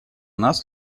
нас